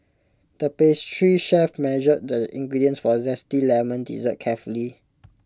the pastry chef measured the ingredients for A Zesty Lemon Dessert carefully